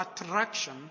attraction